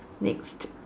next